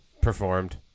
performed